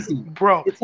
Bro